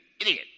idiot